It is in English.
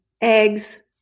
eggs